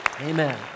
Amen